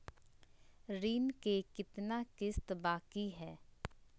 ऋण के कितना किस्त बाकी है?